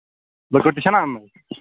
لٔکٕر تہِ چھَنا اَنٕنۍ